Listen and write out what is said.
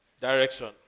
Direction